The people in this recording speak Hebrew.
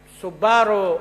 "סובארו"